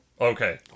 Okay